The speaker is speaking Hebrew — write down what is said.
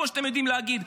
כמו שאתם יודעים להגיד,